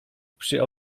przy